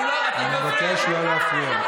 אני מבקש לא להפריע.